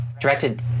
directed